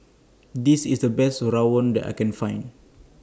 This IS The Best Rawon that I Can Find